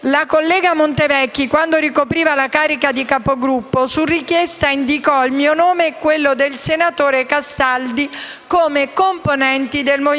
La collega Montevecchi, che allora ricopriva la carica di Capogruppo, su richiesta, indicò il mio nome e quello del senatore Castaldi come componenti della